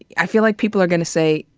i feel like people are gonna say,